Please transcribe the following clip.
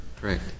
Correct